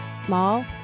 small